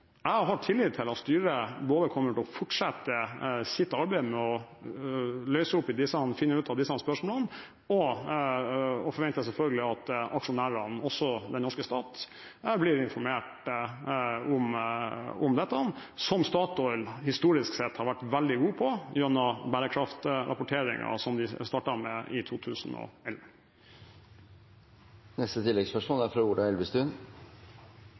Jeg har tillit til at styret kommer til å fortsette sitt arbeid med å finne ut av disse spørsmålene, og jeg forventer selvfølgelig at aksjonærene – også den norske stat – blir informert om dette, som Statoil historisk sett har vært veldig god på gjennom bærekraftrapporteringen som de startet med i 2011.